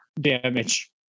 damage